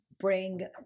bring